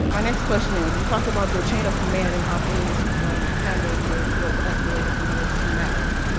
my next question is we talked about the chain of command and how things handled, was was escalated through this matter.